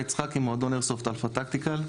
אני ממועדון איירסופט אלפא טקטיקל.